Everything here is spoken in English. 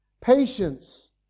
Patience